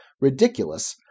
ridiculous